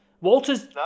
Walters